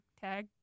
tag